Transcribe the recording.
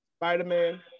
spider-man